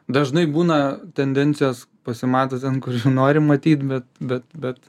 dažnai būna tendencijos pasimato ten kur ir norim matyt bet bet bet